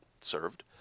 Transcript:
served